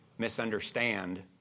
misunderstand